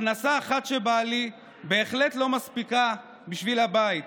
הכנסה אחת של בעלי בהחלט לא מספיקה בשביל הבית,